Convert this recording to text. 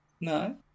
No